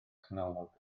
canolog